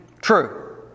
True